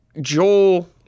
Joel